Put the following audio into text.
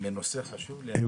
מנושא חשוב, לנושא חשוב.